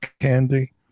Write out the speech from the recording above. candy